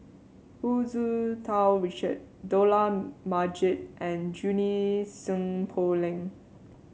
Hu Tsu Tau Richard Dollah Majid and Junie Sng Poh Leng